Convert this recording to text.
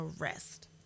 arrest